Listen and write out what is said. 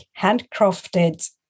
handcrafted